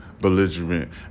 belligerent